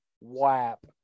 WAP